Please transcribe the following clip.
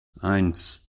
eins